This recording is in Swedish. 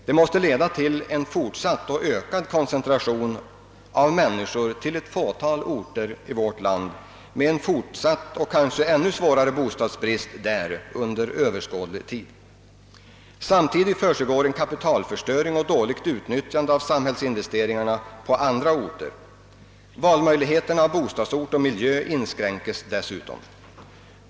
Det måste leda till en fortsatt och ökad koncentration av människor till ett fåtal orter i landet, men en fortsatt och kanske ännu svårare bostadsbrist där under överskådlig tid. På andra orter pågår en kapitalförstöring samtidigt som samhällsinvesteringarna utnyttjas dåligt. Möjligheterna att välja bostadsort och miljö inskränkes dessutom.